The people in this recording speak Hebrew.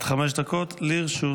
אדוני, עד חמש דקות לרשותך.